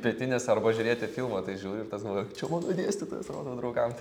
pietinės arba žiūrėti filmą tai žiūri ir tas galvoji čia mano dėstytojas rodau draugams